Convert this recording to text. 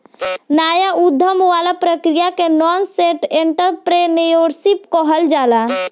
नाया उधम वाला प्रक्रिया के नासेंट एंटरप्रेन्योरशिप कहल जाला